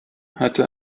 hatte